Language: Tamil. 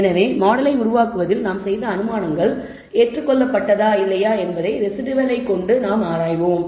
எனவே மாடலை உருவாக்குவதில் நாம் செய்த அனுமானங்கள் ஏற்றுக்கொள்ள பட்டதா இல்லையா என்பதை ரெஸிடுவலை கொண்டு ஆராய்வோம்